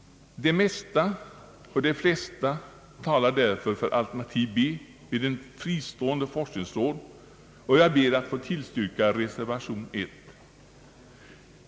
Det mesta och de flesta talar därför för alternativ b) med ett fristående forskningsråd, och jag ber att få tillstyrka reservation 1.